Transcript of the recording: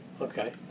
Okay